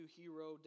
hero